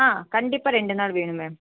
ஆ கண்டிப்பாக ரெண்டு நாள் வேணும் மேம்